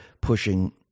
pushing